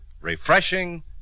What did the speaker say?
refreshing